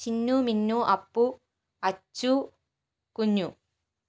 ചിന്നു മിന്നു അപ്പു അച്ചു കുഞ്ഞു